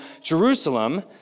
Jerusalem